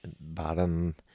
bottom